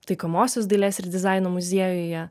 taikomosios dailės ir dizaino muziejuje